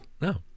No